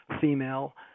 female